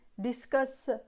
discuss